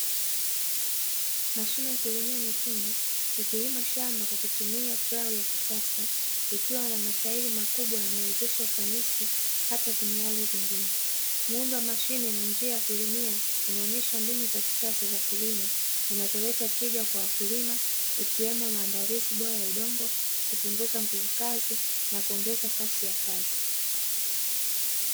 Mashine ya kuremea nyekundu ni kilimo shamba kwa kutumia prawn ya kisasa nikiwa na matairi makubwa yanayowezesha ufanisi hata kwenye ardhi ngumu muundo mashine na njia ya kurimia inaonyesha mbinu za kisasa za kilimo zinazoleta tija kwa wakulima ikiwemo maandalizi bora udongo kupunguza nguvu kazi na kuongeza kasi ya kazi